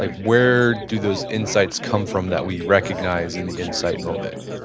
like where do those insights come from that we recognize in the insight moment?